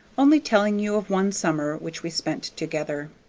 only telling you of one summer which we spent together.